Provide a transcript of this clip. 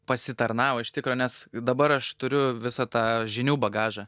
pasitarnavo iš tikro nes dabar aš turiu visą tą žinių bagažą